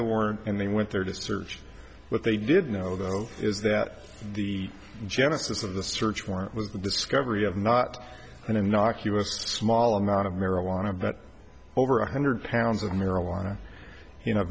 the warrant and they went there to search what they did know though is that the genesis of the search warrant was the discovery of not an innocuous small not of marijuana but over one hundred pounds of marijuana